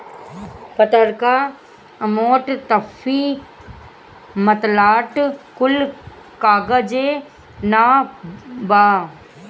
पतर्का, मोट, दफ्ती, मलाट कुल कागजे नअ बाअ